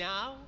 Now